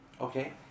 okay